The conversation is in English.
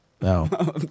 No